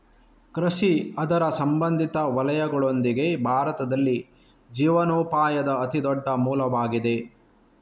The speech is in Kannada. ಕೃಷಿ ಅದರ ಸಂಬಂಧಿತ ವಲಯಗಳೊಂದಿಗೆ, ಭಾರತದಲ್ಲಿ ಜೀವನೋಪಾಯದ ಅತಿ ದೊಡ್ಡ ಮೂಲವಾಗಿದೆ